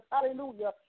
Hallelujah